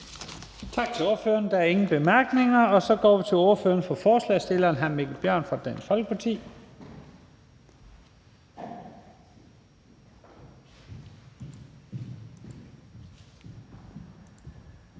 Tak til ordføreren. Der er ingen bemærkninger. Så går vi til ordføreren for forslagsstillerne, hr. Mikkel Bjørn fra Dansk Folkeparti.